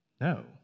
No